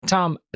Tom